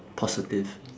positive